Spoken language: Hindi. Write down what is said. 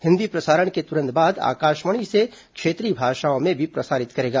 हिंदी प्रसारण के तुरंत बाद आकाशवाणी इसे क्षेत्रीय भाषाओं में भी प्रसारित करेगा